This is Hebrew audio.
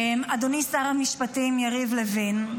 אדוני שר המשפטים יריב לוין,